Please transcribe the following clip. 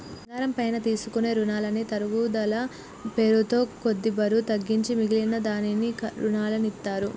బంగారం పైన తీసుకునే రునాలకి తరుగుదల పేరుతో కొంత బరువు తగ్గించి మిగిలిన దానికి రునాలనిత్తారు